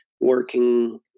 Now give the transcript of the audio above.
working